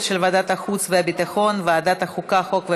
של ועדת החוץ והביטחון וועדת החוקה חוק,